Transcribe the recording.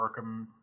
Arkham